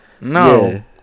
No